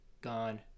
gone